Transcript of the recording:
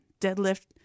deadlift